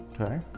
okay